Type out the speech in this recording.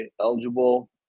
eligible